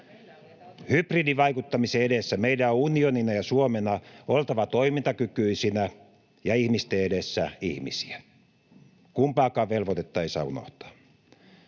Hybridivaikuttamisen edessä meidän on unionina ja Suomena oltava toimintakykyisiä ja ihmisten edessä ihmisiä. Kumpaakaan velvoitetta ei saa unohtaa.